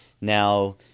Now